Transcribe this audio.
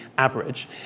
Average